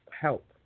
help